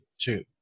two